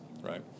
right